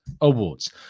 awards